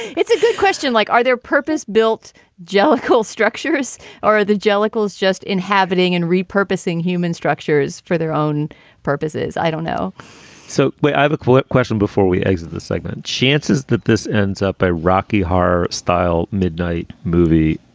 it's a good question like are there purpose built jellicoe structures or the jellicoe is just inhabiting and repurposing human structures for their own purposes? i don't know so i have a quick question before we exit this segment. chances that this ends up a rocky horror style midnight movie,